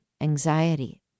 anxiety